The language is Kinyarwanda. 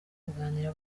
kuganira